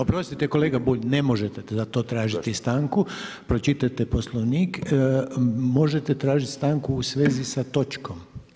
Oprostite kolega Bulj, ne možete za to tražiti stanku, pročitajte poslovnik, možete tražiti stanku u vezi sa točkom.